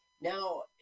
Now